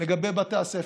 לגבי בתי הספר,